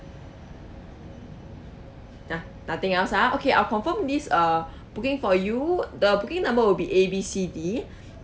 !huh! nothing else ah okay I'll confirm this uh booking for you the booking number will be A B C D